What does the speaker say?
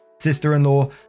Sister-in-law